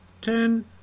ten